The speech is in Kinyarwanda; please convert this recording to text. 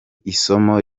isomo